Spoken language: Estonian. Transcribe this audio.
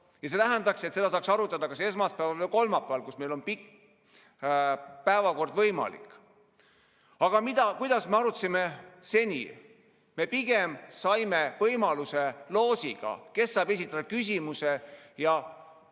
ja see tähendaks, et seda saaks arutada kas esmaspäeval või kolmapäeval, kui meil on pikk päev võimalik. Aga kuidas me arutasime seni? Me pigem saime võimaluse loosiga, kes saab esitada küsimuse, ja